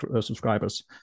subscribers